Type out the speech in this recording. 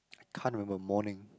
I can't remember morning